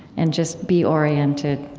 and just be oriented.